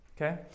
Okay